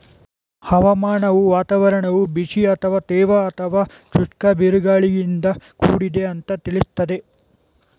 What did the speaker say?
ಹವಾಮಾನವು ವಾತಾವರಣವು ಬಿಸಿ ಅಥವಾ ತೇವ ಅಥವಾ ಶುಷ್ಕ ಬಿರುಗಾಳಿಯಿಂದ ಕೂಡಿದೆ ಅಂತ ತಿಳಿಸ್ತದೆ